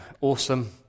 awesome